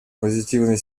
позитивные